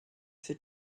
for